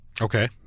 Okay